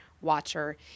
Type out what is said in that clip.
watcher